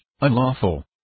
unlawful